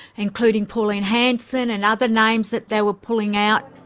including pauline hanson, and other names that they were pulling out.